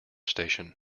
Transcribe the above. station